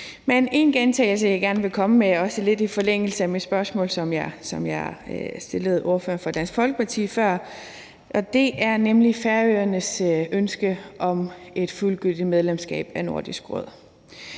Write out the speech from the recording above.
Men en gentagelse, jeg gerne vil komme med – også lidt i forlængelse af det spørgsmål, som jeg stillede ordføreren for Dansk Folkeparti før – er nemlig Færøernes ønske om et fuldgyldigt medlemskab af Nordisk Råd.